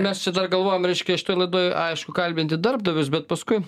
mes čia dar galvojom reiškia šitoj laidoj aišku kalbinti darbdavius bet paskui